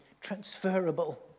transferable